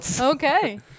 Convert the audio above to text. Okay